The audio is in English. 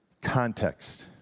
Context